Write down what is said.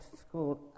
school